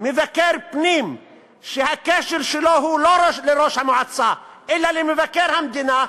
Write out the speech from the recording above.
יושב מבקר פנים שהקשר שלו הוא לא לראש המועצה אלא למבקר המדינה,